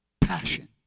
passion